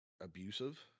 abusive